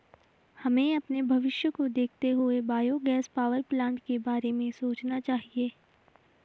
हमें अपने भविष्य को देखते हुए बायोगैस पावरप्लांट के बारे में सोचना चाहिए